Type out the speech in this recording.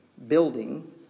building